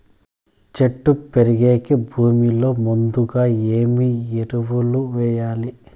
చెట్టు పెరిగేకి భూమిలో ముందుగా ఏమి ఎరువులు వేయాలి?